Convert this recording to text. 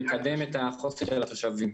ומקדם את החוסן של התושבים.